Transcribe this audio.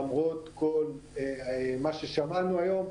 למרות כל מה ששמענו היום,